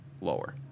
lower